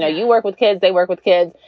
know, you work with kids, they work with kids.